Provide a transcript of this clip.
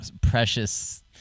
Precious